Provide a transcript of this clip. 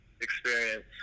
experience